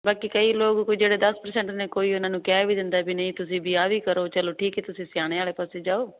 ਬਾਕੀ ਕਈ ਲੋਕ ਕੋਈ ਜਿਹੜੇ ਦਸ ਪਰਸੈਂਟ ਨੇ ਕੋਈ ਉਹਨਾਂ ਨੂੰ ਕਹਿ ਵੀ ਦਿੰਦਾ ਵੀ ਨਹੀਂ ਤੁਸੀਂ ਵੀ ਆਹ ਵੀ ਕਰੋ ਚਲੋ ਠੀਕ ਹੈ ਤੁਸੀਂ ਸਿਆਣਿਆਂ ਵਾਲੇ ਪਾਸੇ ਜਾਓ